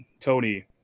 Tony